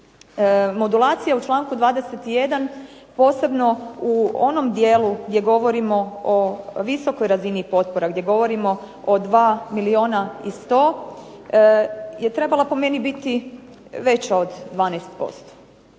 Modulacija u članku 21. posebno u onom dijelu gdje govorimo o visokoj razini potpora, gdje govorimo o dva milijuna i sto je trebala po meni biti veća od 12%.